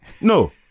No